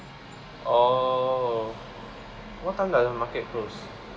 oh what time the market close